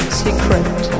secret